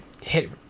hit